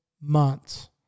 months